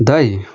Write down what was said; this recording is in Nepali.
दाइ